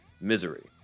Misery